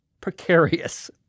precarious